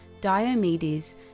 Diomedes